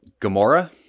gamora